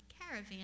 caravan